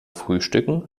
frühstücken